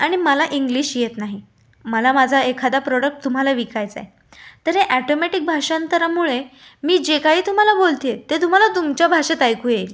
आणि मला इंग्लिश येत नाही मला माझा एखादा प्रोडक्ट तुम्हाला विकायचा आहे तर हे ॲटोमॅटिक भाषांतरामुळे मी जे काही तुम्हाला बोलत आहे ते तुम्हाला तुमच्या भाषेत ऐकू येईल